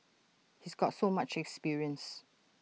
he's got so much experience